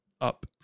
up